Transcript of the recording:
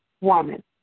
woman